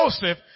Joseph